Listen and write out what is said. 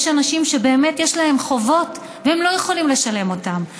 יש אנשים שבאמת יש להם חובות והם לא יכולים לשלם אותם,